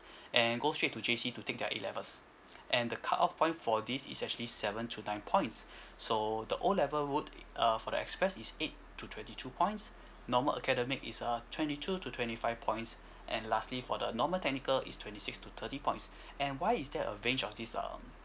and go straight to J_C to take their A levels and the cut off point for this is actually seven to nine points so the O level route uh for the express is eight to twenty two points normal academic is uh twenty two to twenty five points and lastly for the normal technical is twenty six to thirty points and why is there a range of this um